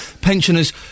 Pensioners